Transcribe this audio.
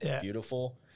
beautiful